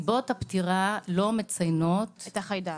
סיבות הפטירה לא מציינות את החיידק.